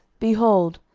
behold,